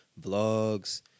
vlogs